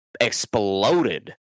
exploded